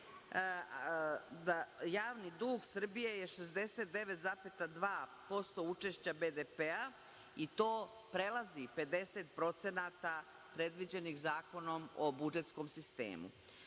javni dug Srbije je 69,2% učešća BDP i to prelazi 50% predviđenih Zakonom o budžetskom sistemu,